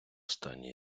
стані